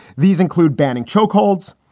these include banning chokeholds,